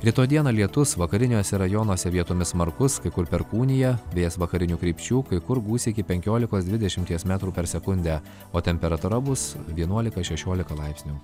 rytoj dieną lietus vakariniuose rajonuose vietomis smarkus kai kur perkūnija vėjas vakarinių krypčių kai kur gūsiai iki penkiolikos dvidešimties metrų per sekundę o temperatūra bus vienuolika šešiolika laipsnių